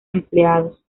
empleados